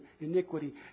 iniquity